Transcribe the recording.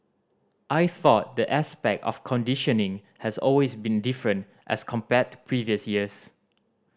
I thought the aspect of conditioning has always been different as compared to previous years